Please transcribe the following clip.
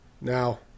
Now